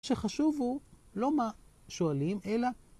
שחשוב הוא לא מה שואלים אלא